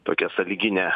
tokia sąlygine